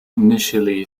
initially